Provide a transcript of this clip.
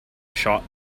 shot